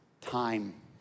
time